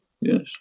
yes